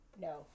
No